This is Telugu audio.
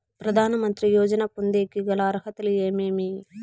ప్రధాన మంత్రి యోజన పొందేకి గల అర్హతలు ఏమేమి?